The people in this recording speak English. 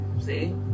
See